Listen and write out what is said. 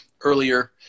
earlier